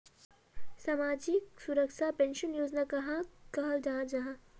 सामाजिक सुरक्षा पेंशन योजना कहाक कहाल जाहा जाहा?